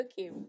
Okay